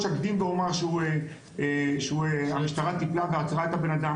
אקדים ואומר שהמשטרה טיפלה ועצרה את הבן אדם,